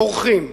מורחים.